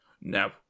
No